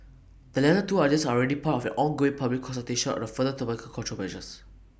the latter two ideas are already part of an ongoing public consultation on the further tobacco control measures